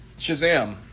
Shazam